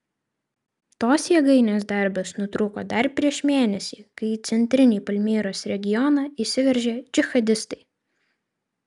tos jėgainės darbas nutrūko dar prieš mėnesį kai į centrinį palmyros regioną įsiveržė džihadistai